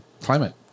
climate